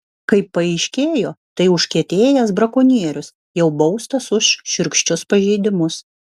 kaip paaiškėjo tai užkietėjęs brakonierius jau baustas už šiurkščius pažeidimus